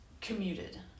commuted